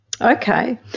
Okay